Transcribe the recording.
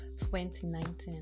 2019